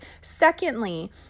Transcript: Secondly